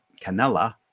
Canela